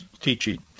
teaching